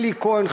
אלי כהן,